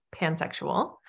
pansexual